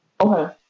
Okay